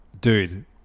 dude